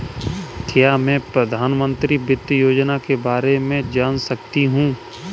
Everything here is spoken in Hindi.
क्या मैं प्रधानमंत्री वित्त योजना के बारे में जान सकती हूँ?